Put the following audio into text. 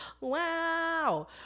wow